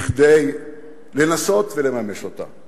כדי לנסות לממש אותה.